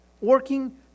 working